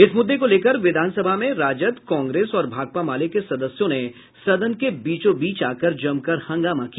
इस मुद्दे को लेकर विधानसभा में राजद कांग्रेस और भाकपा माले के सदस्यों ने सदन के बीचोबीच आकर जमकर हंगामा किया